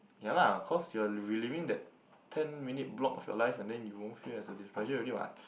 ya lah cause you're reliving that ten minute block of your life and then you won't feel as a displeasure already what